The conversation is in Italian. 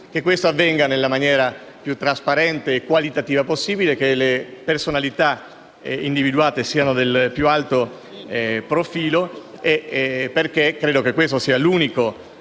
che questo avvenga nella maniera più trasparente e qualitativa possibile, che le personalità individuate siano del più alto profilo e che (e questo è l'unico